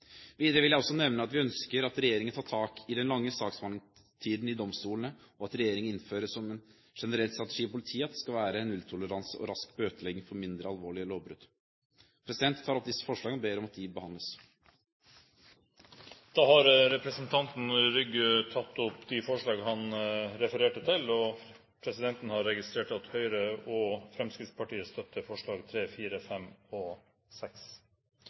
Videre vil jeg også nevne at vi ønsker at regjeringen tar tak i den lange saksbehandlingstiden i domstolene, og at regjeringen innfører som en generell strategi i politiet at det skal være nulltoleranse og rask bøtelegging for mindre alvorlige lovbrudd. Jeg tar opp forslagene fra Kristelig Folkeparti. Representanten Filip Rygg har tatt opp de forslagene han refererte til. Presidenten har registrert at Høyre og Fremskrittspartiet støtter forslagene nr. 3, 4, 5 og